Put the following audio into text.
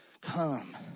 come